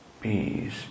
peace